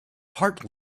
heart